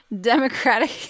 Democratic